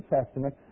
Testament